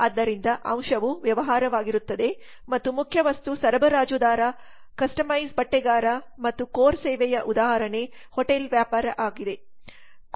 ಆದ್ದರಿಂದ ಅಂಶವು ವ್ಯವಹಾರವಾಗಿರುತ್ತದೆ ಮತ್ತು ಮುಖ್ಯ್ ವಸ್ತು ಸರಬರಾಜುದಾರ ಕಸ್ಟಮೈಸ್ ಬಟ್ಟೆಗಾರ ಮತ್ತು ಕೋರ್ ಸೇವೆಯ ಉದಾಹರಣೆ ಹೋಟೆಲ್ ವ್ಯಾಪಾರ ಆಗಿದೆ